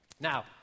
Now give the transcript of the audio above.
Now